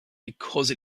because